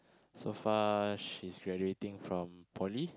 so far she's graduating from poly